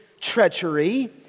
treachery